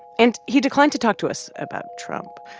and he declined to talk to us about trump.